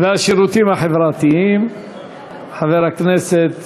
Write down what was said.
והשירותים החברתיים חבר הכנסת